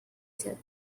said